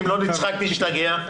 אם לא נצחק נשתגע.